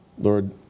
Lord